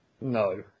No